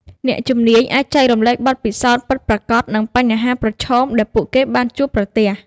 អ្នកជំនាញអាចចែករំលែកបទពិសោធន៍ពិតប្រាកដ និងបញ្ហាប្រឈមដែលពួកគេបានជួបប្រទះ។